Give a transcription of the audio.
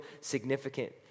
significant